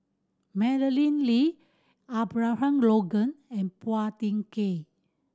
Madeleine Lee Abraham Logan and Phua Thin Kiay